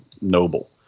noble